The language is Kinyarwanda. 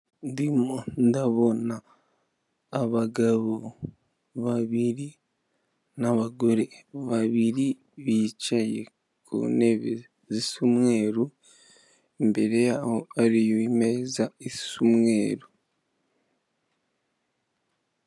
Ndimo ndabona abagabo babiri n'abagore babiri bicaye ku ntebe zisa umweru imbere yaho hari imeza isa umweruru.